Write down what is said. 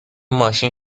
ماشین